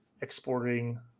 exporting